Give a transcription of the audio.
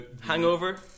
Hangover